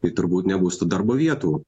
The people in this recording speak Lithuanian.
tai turbūt nebus tų darbo vietų